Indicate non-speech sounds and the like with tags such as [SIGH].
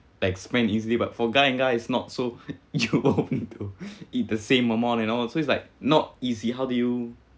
like spend easily but for guy and guy is not so [LAUGHS] eat the same amount and all so it's like not easy how do you